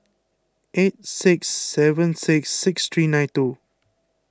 eight six seven six six three nine two